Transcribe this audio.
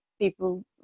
people